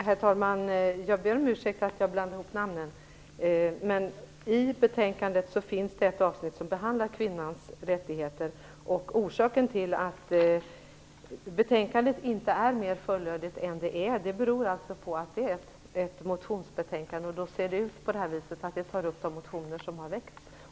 Herr talman! Jag ber om ursäkt för att jag blandade ihop namnen. I betänkandet finns ett avsnitt som behandlar kvinnans rättigheter. Att betänkandet inte är mer fulllödigt än det är beror, som sagt, på att det är ett motionsbetänkande, som tar upp de motioner som har väckts.